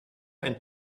ein